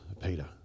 Peter